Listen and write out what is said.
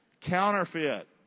Counterfeit